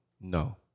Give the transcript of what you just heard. No